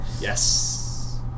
Yes